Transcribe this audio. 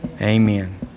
Amen